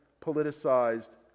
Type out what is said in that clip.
politicized